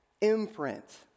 imprint